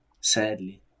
Sadly